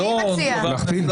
אני מציע.